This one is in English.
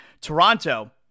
Toronto